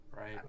right